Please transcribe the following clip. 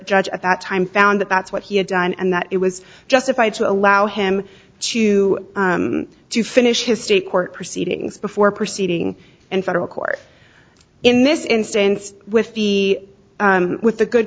judge at that time found that that's what he had done and that it was justified to allow him to to finish his state court proceedings before proceeding in federal court in this instance with the with the good